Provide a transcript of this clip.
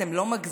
אתם לא מגזימים?